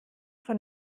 von